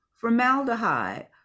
formaldehyde